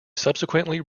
subsequently